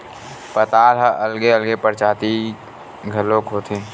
पताल ह अलगे अलगे परजाति घलोक होथे